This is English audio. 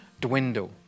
dwindle